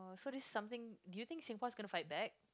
so this something do you think Singapore is going to fight back